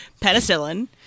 penicillin